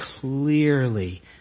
clearly